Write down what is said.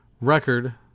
record